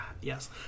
yes